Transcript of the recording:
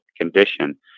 condition